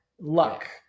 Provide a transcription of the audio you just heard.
Luck